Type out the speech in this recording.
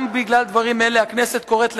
גם בגלל דברים אלה הכנסת קוראת לך,